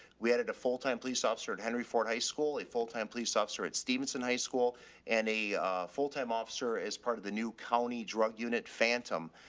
we added a full time police officer at henry ford high school, a full time police officer at stevenson high school and a fulltime officer as part of the new county drug unit phantom.